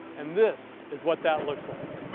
and this is what that looks like.